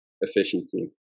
efficiency